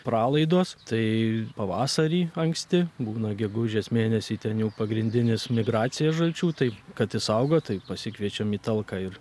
pralaidos tai pavasarį anksti būna gegužės mėnesį ten jau pagrindinis migracija žalčių tai kad išsaugot tai pasikviečiam į talką ir